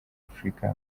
afrika